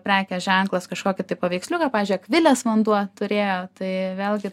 prekės ženklas kažkokį paveiksliuką pavyzdžiui akvilės vanduo turėjo tai vėlgi